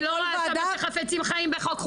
אני לא רואה איך אתם חפצי חיים בוועדת חוק,